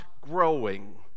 growing